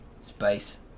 Space